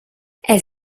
elle